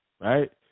Right